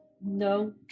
no